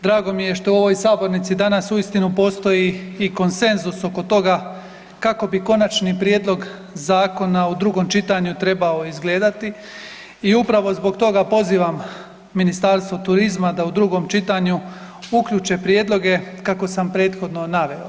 Drago mi je što u ovoj sabornici danas uistinu postoji i konsenzus oko toga kako bi konačni prijedlog Zakona u drugom čitanju trebao izgledati i upravo zbog toga pozivam Ministarstvo turizma da u drugom čitanju uključe prijedloge kako sam prethodno naveo.